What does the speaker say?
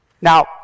Now